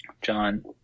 John